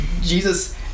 Jesus